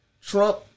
Trump